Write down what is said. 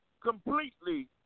completely